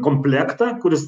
komplektą kuris